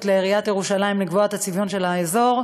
לעיריית ירושלים לקבוע את הצביון של האזור.